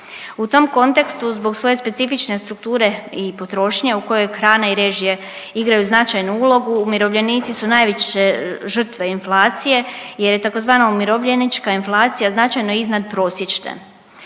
U tom kontekstu zbog svoje specifične strukture i potrošnje u kojoj hrana i režije igraju značajnu ulogu umirovljenici su najveće žrtve inflacije, jer je tzv. umirovljenička inflacija značajno iznad prosječne.